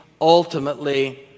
Ultimately